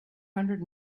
hundred